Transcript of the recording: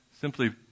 simply